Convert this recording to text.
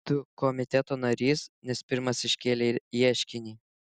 tu komiteto narys nes pirmas iškėlei ieškinį